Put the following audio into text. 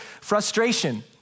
frustration